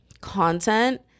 content